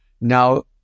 now